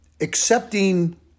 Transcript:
accepting